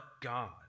God